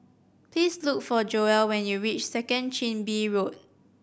please look for Joell when you reach Second Chin Bee Road